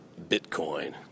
Bitcoin